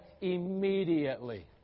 immediately